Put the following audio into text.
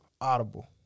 Audible